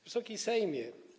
Wysoki Sejmie!